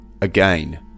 again